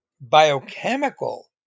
biochemical